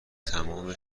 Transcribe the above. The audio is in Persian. تمام